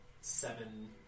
seven